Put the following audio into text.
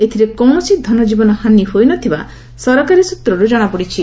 ଏଥିରେ କୌଣସି ଧନଜୀବନ ହାନୀ ହୋଇନଥିବା ସରକାରୀ ସ୍ନତ୍ରରୁ ଜଣାପଡିଛି